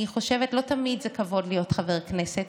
לא תמיד זה כבוד להיות חבר כנסת,